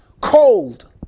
cold